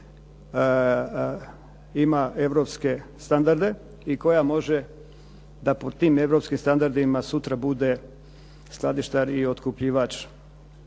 koja ima europske standarde i koja može da po tim europskim standardima sutra bude skladištar i otkupljivač